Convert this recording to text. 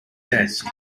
desk